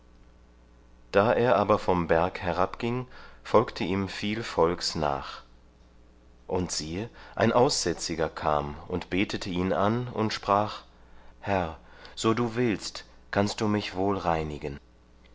da er aber vom berg herabging folgte ihm viel volks nach und siehe ein aussätziger kam und betete ihn an und sprach herr so du willst kannst du mich wohl reinigen